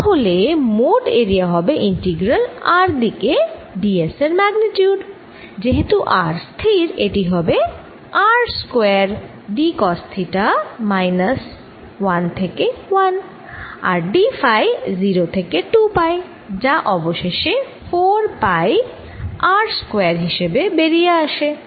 তাহলে মোট এরিয়া হবে ইন্টিগ্রাল r দিকে d s এর ম্যাগনিটিউড যেহেতু r স্থির এটি হবে R square d cos theta minus 1 থেকে 1 আর d ফাই 0 থেকে 2 পাই যা অবশেষে 4 পাই R স্কয়ার হিসেবে বেরিয়ে আসে